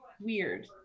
weird